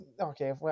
okay